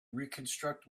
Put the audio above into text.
reconstruct